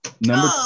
Number